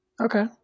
Okay